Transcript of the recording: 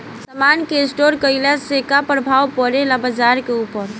समान के स्टोर काइला से का प्रभाव परे ला बाजार के ऊपर?